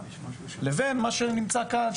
לבין מה שנמצא כאן,